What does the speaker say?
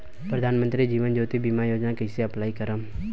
प्रधानमंत्री जीवन ज्योति बीमा योजना कैसे अप्लाई करेम?